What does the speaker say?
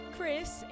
Chris